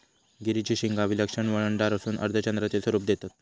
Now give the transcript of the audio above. गिरीची शिंगा विलक्षण वळणदार असून अर्धचंद्राचे स्वरूप देतत